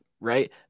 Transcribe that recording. right